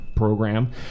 program